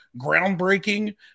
groundbreaking